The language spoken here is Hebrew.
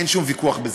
אין שום ויכוח בזה.